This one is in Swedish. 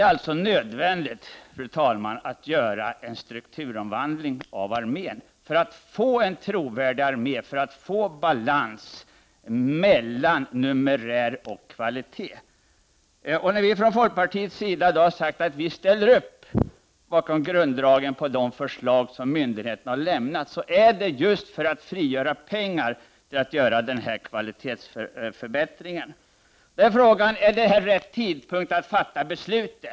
För att armén skall bli trovärdig och för att man skall kunna åstadkomma en balans mellan numerär och kvalitet är det alltså nödvändigt att genomföra en strukturomvandling av armén. När vi från folkpartiet har sagt att vi ställer oss bakom grunddragen i det förslag som myndigheten har lämnat, är det just för att frigöra pengar för att kunna göra dessa kvalitetsförbättringar. Frågan är om detta är rätt tidpunkt för att fatta detta beslut.